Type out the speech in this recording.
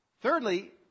Thirdly